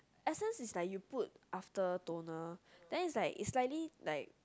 essence is like you put after toner then is like you slightly like